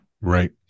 right